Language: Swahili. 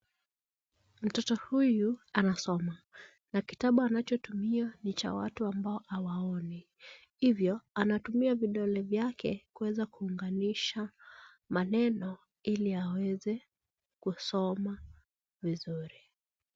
Mtoto huyu anasoma, na kitabu anachotumia ni cha watu ambao hawaoni. Hivyo, anatumia vidole vyake kuweza kuunganisha maneno ili aweza kusoma vizuri.